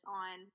on